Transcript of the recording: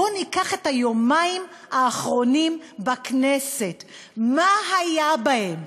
בואו ניקח את היומיים האחרונים בכנסת, מה היה בהם?